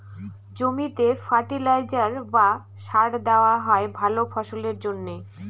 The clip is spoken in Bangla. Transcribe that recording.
জমিতে ফার্টিলাইজার বা সার দেওয়া হয় ভালা ফসলের জন্যে